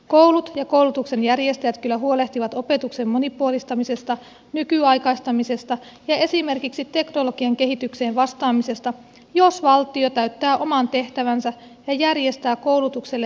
koulut ja koulutuksen järjestäjät kyllä huolehtivat opetuksen monipuolistamisesta nykyaikaistamisesta ja esimerkiksi teknologian kehitykseen vastaamisesta jos valtio täyttää oman tehtävänsä ja järjestää koulutukselle riittävän rahoituksen